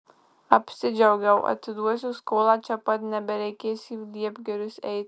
apsidžiaugiau atiduosiu skolą čia pat nebereikės į liepgirius eiti